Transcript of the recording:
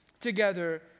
together